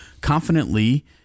confidently